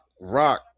rock